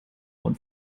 und